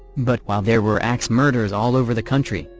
but while there were ax murders all over the country,